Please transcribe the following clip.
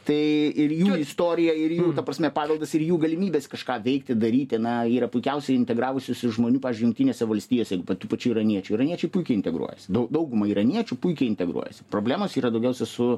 tai ir jų istorija ir jų ta prasme paveldas ir jų galimybės kažką veikti daryti na yra puikiausiai integravusius žmonių pavyzdžiui jungtinėse valstijose tų pačių iraniečių iraniečiai puikiai integruojasi dauguma iraniečių puikiai integruojasi problemos yra daugiausia su